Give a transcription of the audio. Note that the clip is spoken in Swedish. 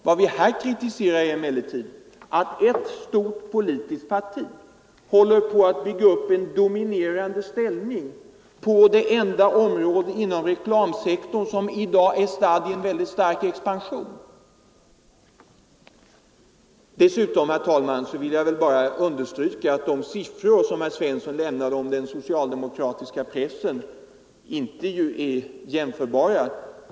Vad vi här kritiserar är emellertid att ett stort politiskt parti håller på att bygga upp en dominerande ställning på det enda område inom reklamsektorn som i dag är statt i stark expansion. Dessutom, herr talman, vill jag understryka att de siffror som herr Svensson lämnade om den socialdemokratiska pressen inte är relevanta.